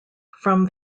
from